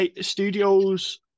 studios